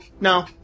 No